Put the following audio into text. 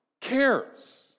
cares